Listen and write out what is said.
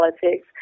politics